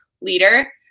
leader